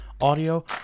audio